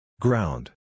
Ground